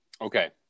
okay